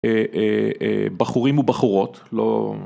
בחורים ובחורות, לא..